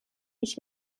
ich